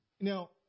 Now